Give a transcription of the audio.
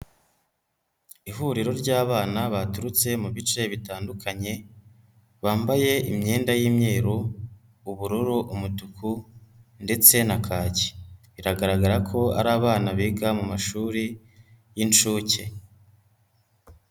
Ihuriro ry'abana baturutse mu bice bitandukanye, bambaye imyenda y'imyeru, ubururu, umutuku ndetse na kaki. Biragaragara ko ari abana biga mu mashuri y'inshuke.